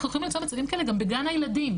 לפעמים למצוא מצבים כאלה גם בגן הילדים,